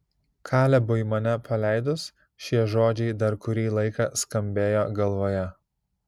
kalebui mane paleidus šie žodžiai dar kurį laiką skambėjo galvoje